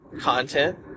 content